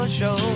show